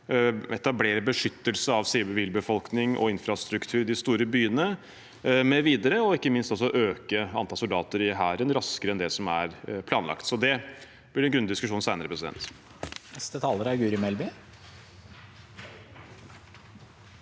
etablere beskyttelse av sivilbefolkning og infrastruktur i de store byene mv. og ikke minst øke antallet soldater i Hæren raskere enn det som er planlagt. Så det blir en grundig diskusjon senere. Guri